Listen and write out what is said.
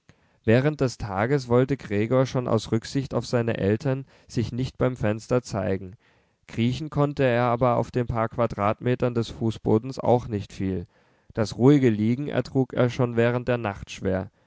während des tages wollte gregor schon aus rücksicht auf seine eltern sich nicht beim fenster zeigen kriechen konnte er aber auf den paar quadratmetern des fußbodens auch nicht viel das ruhige liegen ertrug er schon während der nacht schwer